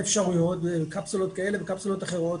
אפשרויות, בקפסולות כאלה, בקפסולות אחרות.